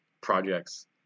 projects